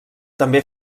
també